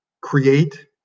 create